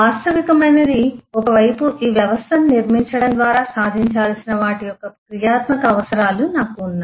వాస్తవికమైనది ఒక వైపు ఈ వ్యవస్థను నిర్మించడం ద్వారా సాధించాల్సిన వాటి యొక్క క్రియాత్మక అవసరాలు నాకు ఉన్నాయి